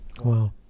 Wow